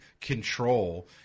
control